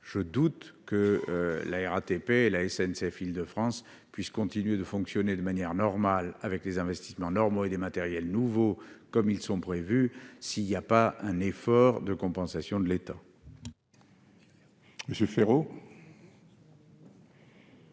je doute que la RATP et la SNCF Île-de-France puissent continuer de fonctionner de manière normale, avec des investissements normaux et des matériels nouveaux, si l'État ne fait pas un effort de compensation. La